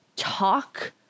talk